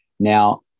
Now